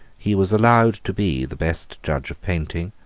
he was allowed to be the best judge of painting,